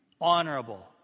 Honorable